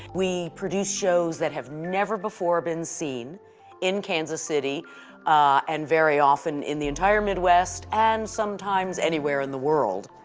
we produce shows that have never before been seen in kansas city and very often in the entire midwest and sometimes anywhere in the world.